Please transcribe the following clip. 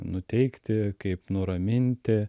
nuteikti kaip nuraminti